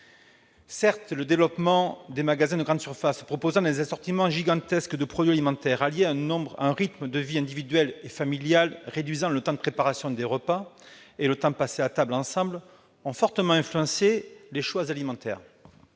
Certes, le développement des magasins de grande surface, proposant des assortiments gigantesques de produits alimentaires, conjugué à un rythme de vie individuelle et familiale réduisant le temps de préparation des repas et le temps passé ensemble à table, a fortement influencé les choix alimentaires.